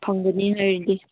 ꯐꯪꯒꯅꯤ ꯍꯥꯏꯔꯗꯤ